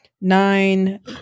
nine